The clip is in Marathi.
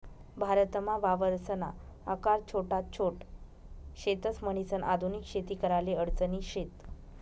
भारतमा वावरसना आकार छोटा छोट शेतस, म्हणीसन आधुनिक शेती कराले अडचणी शेत